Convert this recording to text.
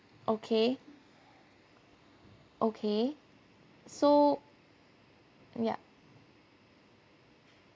okay okay so yup